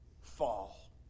fall